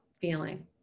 feeling